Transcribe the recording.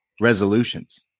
resolutions